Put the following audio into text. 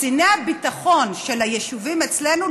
קציני הביטחון של היישובים אצלנו,